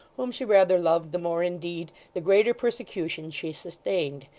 whom she rather loved the more indeed, the greater persecution she sustained.